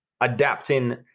adapting